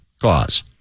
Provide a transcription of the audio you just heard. cause